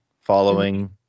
following